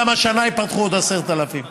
גם השנה יפתחו עוד 10,000,